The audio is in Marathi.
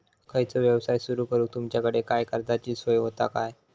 खयचो यवसाय सुरू करूक तुमच्याकडे काय कर्जाची सोय होता काय?